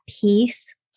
peace